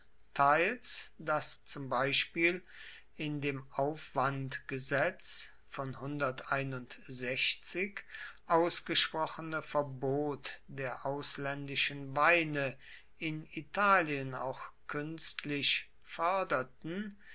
teils das zum beispiel in dem aufwandgesetz von ausgesprochene verbot der ausländischen weine in italien auch künstlich förderten